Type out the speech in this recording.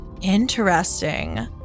Interesting